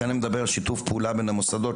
לכן אני מדבר על שיתוף פעולה בין המוסדות,